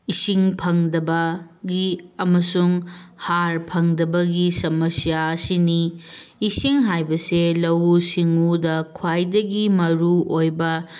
ꯏꯁꯤꯡ ꯐꯪꯗꯕꯒꯤ ꯑꯃꯁꯨꯡ ꯍꯥꯔ ꯐꯪꯗꯕꯒꯤ ꯁꯃꯁ꯭ꯌꯥ ꯑꯁꯤꯅꯤ ꯏꯁꯤꯡ ꯍꯥꯏꯕꯁꯦ ꯂꯧꯎ ꯁꯤꯡꯎꯗ ꯈ꯭ꯋꯥꯏꯗꯒꯤ ꯃꯔꯨ ꯑꯣꯏꯕ